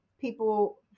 people